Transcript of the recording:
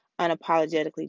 Unapologetically